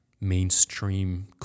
mainstream